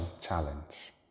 challenge